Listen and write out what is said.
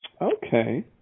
Okay